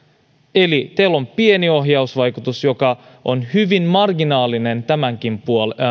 eli tällä on pieni ohjausvaikutus joka on hyvin marginaalinen tämänkin